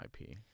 IP